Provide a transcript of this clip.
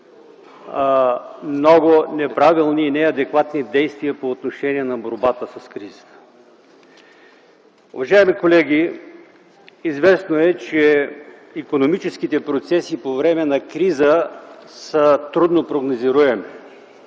много неправилни и неадекватни действия по отношение на борбата с кризата. Уважаеми колеги, известно е, че икономическите процеси по време на криза са трудно прогнозируеми.